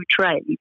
trade